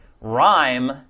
Rhyme